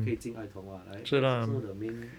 可以进爱同 [what] like that is also the main